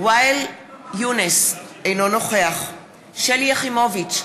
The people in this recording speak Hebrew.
ואאל יונס, אינו נוכח שלי יחימוביץ,